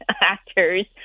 actors